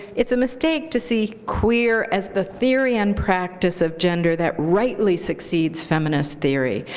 it's a mistake to see queer as the theory and practice of gender that rightly succeeds feminist theory,